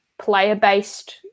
player-based